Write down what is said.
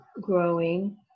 growing